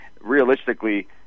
realistically